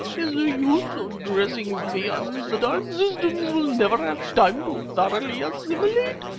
is the use of dressing viands that our systems will never have time to thoroughly assimilate?